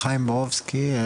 חיים בורובסקי,